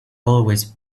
always